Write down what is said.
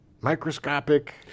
microscopic